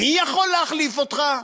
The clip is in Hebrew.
מי יכול להחליף אותך?